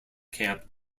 camp